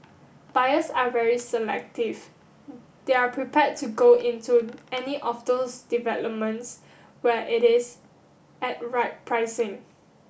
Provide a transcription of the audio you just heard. buyers are very selective they are prepare to go into any of those developments where it is at right pricing